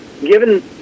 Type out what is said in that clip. given